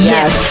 Yes